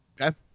Okay